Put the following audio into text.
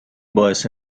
باعث